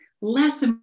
less